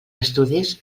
estudis